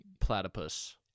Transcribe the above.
platypus